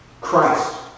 Christ